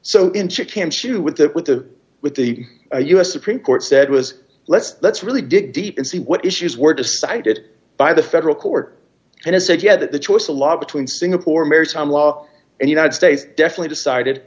hampshire with that with the with the u s supreme court said was let's let's really dig deep and see what issues were decided by the federal court and it said you had the choice the law between singapore maritime law and united states definitely decided